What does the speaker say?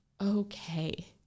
okay